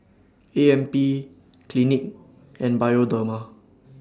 A M P Clinique and Bioderma